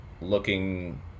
looking